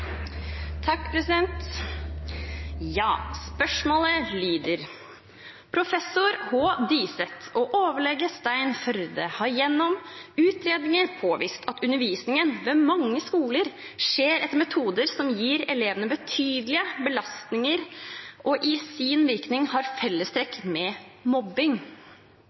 Spørsmålet lyder: «Professor Trond H. Diseth og overlege Stein Førde har gjennom utredninger påvist at undervisningen ved mange skoler skjer etter metoder som gir elevene betydelige belastninger og i sin virkning har fellestrekk med mobbing.